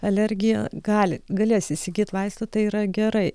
alergija gali galės įsigyt vaistų tai yra gerai